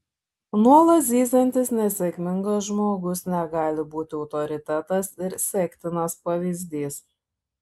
nuolat zyziantis nesėkmingas žmogus negali būti autoritetas ir sektinas pavyzdys